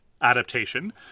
adaptation